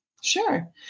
Sure